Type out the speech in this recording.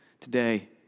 today